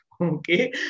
Okay